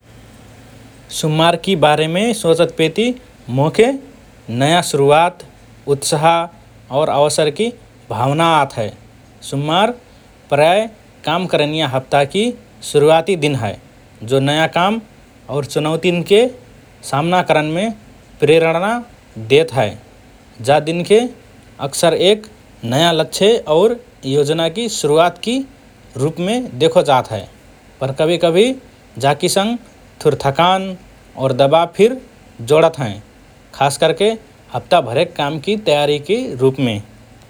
सुम्मारकि बारेमे सोचतपेति मोके नया शुरुवात, उत्साह और अवसरकि भावना आत हए । सुम्मार प्रायः काम करनिया हप्ताकि सुरुवाति दिन हए, जो नया काम और चुनौतीन्के सामना करनमे प्रेरणा देत हए । जा दिनके अक्सर एक नया लक्ष्य और योजनाकि शुरुवातकि रुपमे देखो जात हए । पर कभिकभि जाकिसँग थुर थकान और दबाब फिर जोडत हएँ, खास करके हप्ता भरेक कामकि तयारीकि रुपमे ।